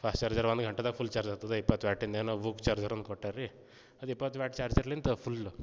fast charger ಒಂದು ಗಂಟೆಯಾಗ full charge ಆತದೆ ಇಪ್ಪತ್ತು ವ್ಯಾಟಿಂದು ಏನೋ ವುವ್ ಚಾರ್ಜರ್ ಅಂತ ಕೊಟ್ಟಾರೆ ರೀ ಅದು ಇಪ್ಪತ್ತು ವ್ಯಾಟ್ ಚಾರ್ಜರ್ನಿಂದ ಫುಲ್